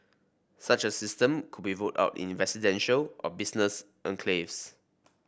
such a system could be rolled out in residential or business enclaves